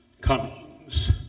comings